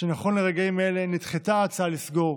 שנכון לרגעים אלה נדחתה ההצעה לסגור